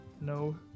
no